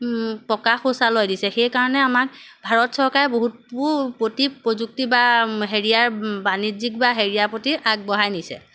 পকা শৌচালয় দিছে সেইকাৰণে আমাক ভাৰত চৰকাৰে বহুতো প্ৰতি প্ৰযুক্তি বা হেৰিয়াৰ বাণিজ্যিক বা হেৰিয়াৰ প্ৰতি আগবঢ়াই নিছে